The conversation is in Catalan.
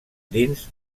dins